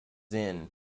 inn